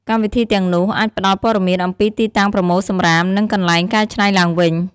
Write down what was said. កម្មវិធីទាំងនោះអាចផ្តល់ព័ត៌មានអំពីទីតាំងប្រមូលសំរាម និងកន្លែងកែច្នៃឡើងវិញ។